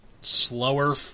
slower